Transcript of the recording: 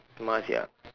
mask ya